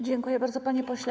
Dziękuję bardzo, panie pośle.